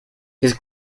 his